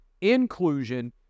Inclusion